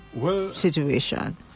situation